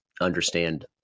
understand